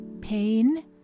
pain